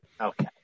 okay